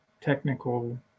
technical